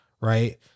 right